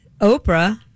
Oprah